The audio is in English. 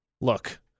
Look